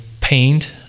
paint